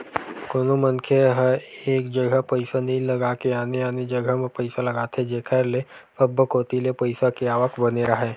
कोनो मनखे ह एक जघा पइसा नइ लगा के आने आने जघा म पइसा लगाथे जेखर ले सब्बो कोती ले पइसा के आवक बने राहय